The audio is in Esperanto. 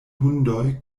hundoj